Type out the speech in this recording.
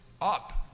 up